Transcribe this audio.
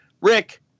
Rick